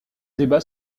débat